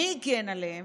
מי הגן עליהם?